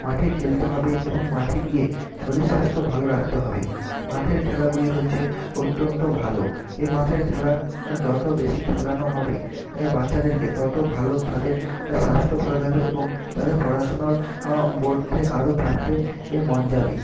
মাঠে খেলতে হবে এবং মাঠে গিয়ে শরীর স্বাস্থ্য ভালো রাখতে হবে মাঠের খেলাগুলি হচ্ছে অত্যন্ত ভালো এই মাঠের খেলা যত বেশি খেলানো হবে বাচ্চাদেরকে তত ভালো তাদের স্বাস্থ্য ভালো থাকবে এবং তাদের পড়াশুনোর মধ্যে আরও থাকতে এ মন যাবে